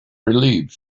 relieved